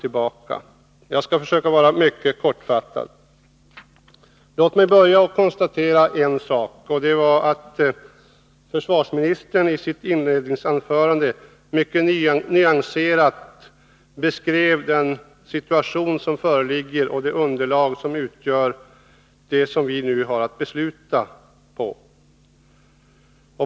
Jag skall som sagt försöka att fatta mig mycket kort. Låt mig börja med att kontatera en sak, nämligen att försvarsministern i sitt inledningsanförande mycket nyanserat beskrev den situation som föreligger och det underlag som vi har att utgå från när vi skall fatta beslut.